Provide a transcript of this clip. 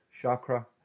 chakra